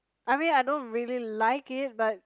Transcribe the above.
I mean I don't really like it but